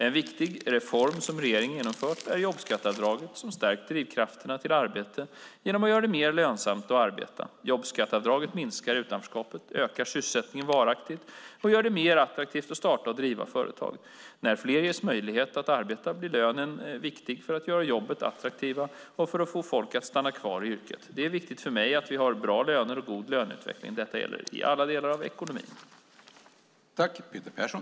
En viktig reform som regeringen har genomfört är jobbskatteavdraget, som har stärkt drivkrafterna till arbete genom att göra det mer lönsamt att arbeta. Jobbskatteavdraget minskar utanförskapet, ökar sysselsättningen varaktigt och gör det mer attraktivt att starta och driva företag. När fler ges möjlighet att arbeta blir lönen viktig för att göra jobben attraktiva och för att få folk att stanna kvar i yrket. Det är viktigt för mig att vi har bra löner och god löneutveckling, och detta gäller alla delar av ekonomin.